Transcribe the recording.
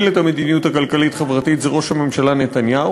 את המדיניות הכלכלית-חברתית זה ראש הממשלה נתניהו.